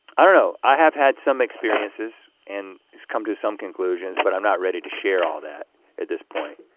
i don't know. i have had some experiences and come to some conclusions but i'm not ready to share all that at this point.